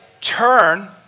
turn